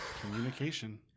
Communication